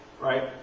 Right